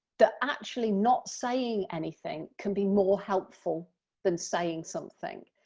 that actually not saying anything can be more helpful than saying something,